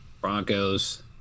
Broncos